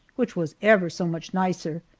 which was ever so much nicer.